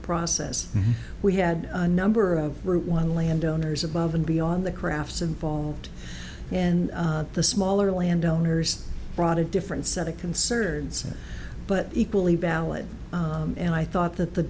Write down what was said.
process we had a number of group one landowners above and beyond the crafts involved and the smaller landowners brought a different set of concerns but equally valid and i thought that the